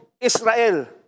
Israel